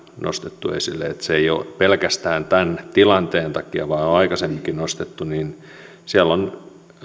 nostettu esille se ei ollut esillä pelkästään tämän tilanteen takia vaan on aikaisemminkin nostettu siellä on